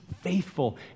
faithful